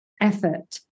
effort